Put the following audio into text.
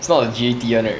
it's not the G_E_T [one] right